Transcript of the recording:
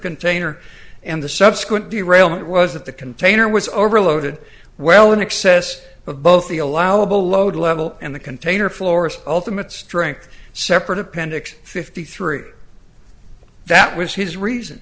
container and the subsequent derailment was that the container was overloaded well in excess of both the allowable load level and the container florus ultimate strength separate appendix fifty three that was his reason